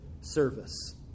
service